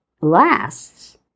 lasts